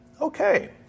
Okay